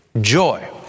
joy